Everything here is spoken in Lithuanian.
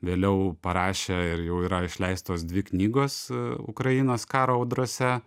vėliau parašė ir jau yra išleistos dvi knygos ukrainos karo audrose